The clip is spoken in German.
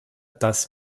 dass